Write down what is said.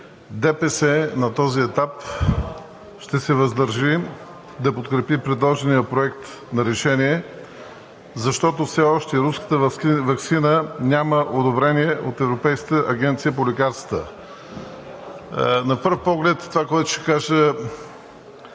ДПС на този етап ще се въздържи да подкрепи предложения проект на решение, защото все още руската ваксина няма одобрение от Европейската агенция по лекарствата. На пръв поглед това, което ще кажа,